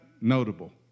notable